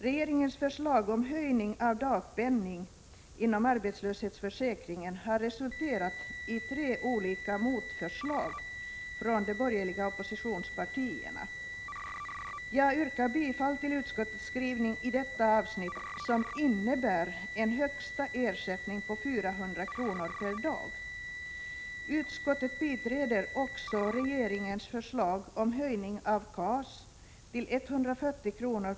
Regeringens förslag om höjning av dagpenningen inom arbetslöshetsförsäkringen har resulterat i tre olika motförslag från de borgerliga oppositionspartierna. Jag yrkar bifall till utskottets hemställan i detta avsnitt, som innebär en högsta ersättning på 400 kr. per dag. Utskottet biträder också regeringens förslag om höjning av KAS till 140 kr.